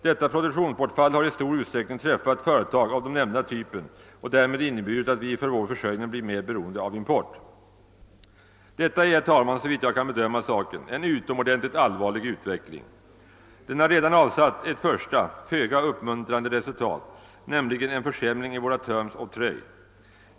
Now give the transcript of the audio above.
Detta produktionsbortfall har i stor utsträckning träffat företag av den nämnda typen och därmed inneburit att vi för vår försörjning blir mer beroende av import.» Detta är, såvitt jag kan bedöma saken, en utomordentligt allvarlig utveckling. Den har redan avsatt ett första, föga uppmuntrande resultat, nämligen en försämring i våra terms of trade.